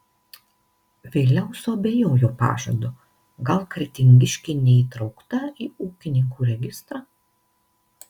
vėliau suabejojo pažadu gal kretingiškė neįtraukta į ūkininkų registrą